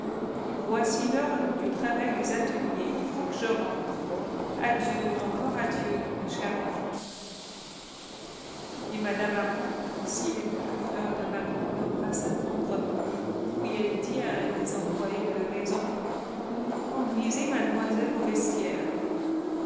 voici l'heure du travail des ateliers il faut que je rentre adieu encore adieu ma chère enfant et mme armand aussi émue que fleur de marie l'embrassa tendrement puis elle dit à un des employés de la maison conduisez mademoiselle au vestiaire